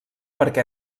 perquè